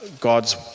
God's